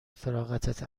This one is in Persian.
فراغتت